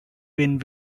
win